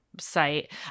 site